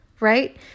right